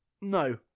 No